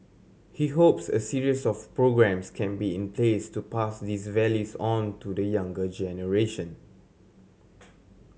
he hopes a series of programmes can be in place to pass these values on to the younger generation